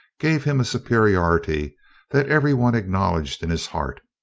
gave him a superiority that every one acknowledged in his heart.